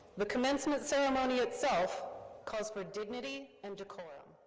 the commencement ceremony itself calls for dignity and decorum.